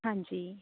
ਹਾਂਜੀ